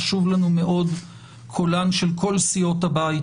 חשוב לנו מאוד קולן של כל סיעות הבית